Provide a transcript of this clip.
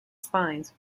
spines